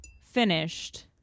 finished